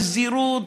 בזהירות: